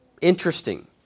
Interesting